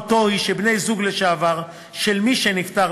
משמעותו היא שבני-זוג לשעבר של מי שנפטר